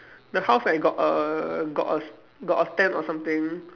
the house like got a got a s~ got a stand or something